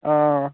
हां